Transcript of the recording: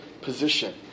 position